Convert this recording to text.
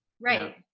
Right